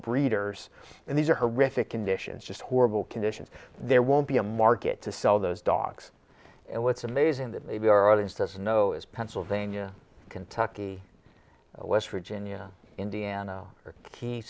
breeders and these are horrific conditions just horrible conditions there won't be a market to sell those dogs and what's amazing that maybe our audience doesn't know is pennsylvania kentucky west virginia indiana